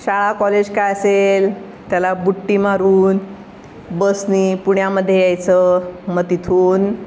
शाळा कॉलेज काय असेल त्याला बुट्टी मारून बसनी पुण्यामध्ये यायचं मग तिथून